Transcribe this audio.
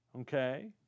okay